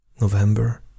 November